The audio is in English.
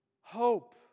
Hope